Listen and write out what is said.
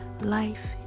life